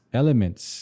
elements